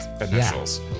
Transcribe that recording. initials